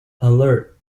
alert